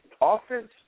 offense